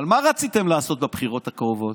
אבל מה רציתם לעשות בבחירות הקרובות?